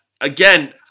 again